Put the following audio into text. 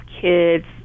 kids